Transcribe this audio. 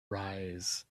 rise